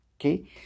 okay